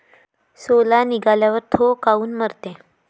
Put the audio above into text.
सोला निघाल्यावर थो काऊन मरते?